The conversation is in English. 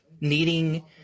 needing